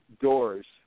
doors